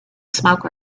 smoke